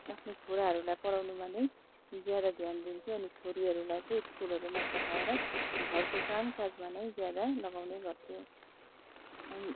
आफ्नो छोराहरूलाई पढाउनुमा नै ज्यादा ध्यान दिन्थ्यो अनि छोरीहरूलाई चाहिँ स्कुलहरू नपठाएर घरको कामकाजमा नै ज्यादा लगाउने गर्थ्यो